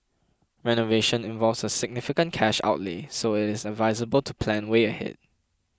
renovation involves a significant cash outlay so it is advisable to plan way ahead